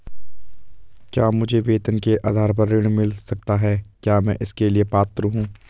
क्या मुझे वेतन के आधार पर ऋण मिल सकता है क्या मैं इसके लिए पात्र हूँ?